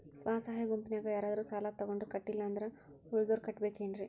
ಸ್ವ ಸಹಾಯ ಗುಂಪಿನ್ಯಾಗ ಯಾರಾದ್ರೂ ಸಾಲ ತಗೊಂಡು ಕಟ್ಟಿಲ್ಲ ಅಂದ್ರ ಉಳದೋರ್ ಕಟ್ಟಬೇಕೇನ್ರಿ?